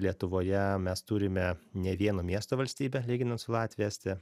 lietuvoje mes turime ne vieno miesto valstybę lyginant su latvija estija